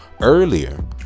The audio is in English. earlier